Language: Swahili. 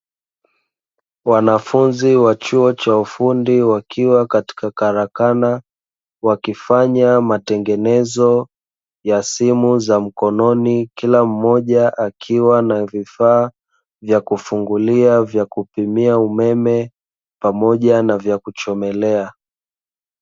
Wanafunzi wa chuo cha ufundi wakiwa katika karakana, wakifanya matengenezo ya simu za mkononi. Kila mmoja akiwa na vifaa vya kufungulia, vya kupimia umeme pamoja na vya kuchomelea.